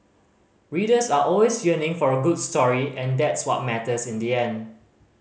readers are always yearning for a good story and that's what matters in the end